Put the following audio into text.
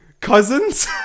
Cousins